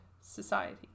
society